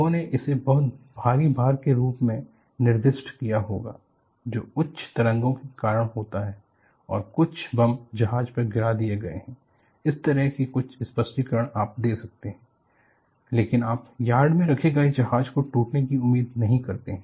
लोगों ने इसे बहुत भारी भार के रूप में निर्दिष्ट किया होगा जो उच्च तरंगों के कारण होता है और कुछ बम जहाज पर गिरा दिए गए हैं इस तरह के कुछ स्पष्टीकरण आप दे सकते हैं लेकिन आप यार्ड में रखे गए जहाज को टूटने की उम्मीद नहीं करते हैं